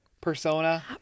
persona